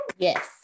Yes